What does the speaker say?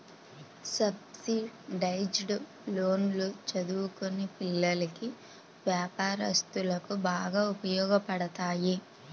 subsidised లోన్లు చదువుకునే పిల్లలకి, వ్యాపారస్తులకు బాగా ఉపయోగపడతాయి